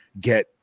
get